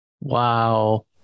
Wow